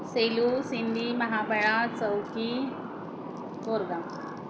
सेलू सिंदी महापळा चौकी बोरगाव